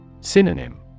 Synonym